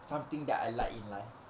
something that I like in life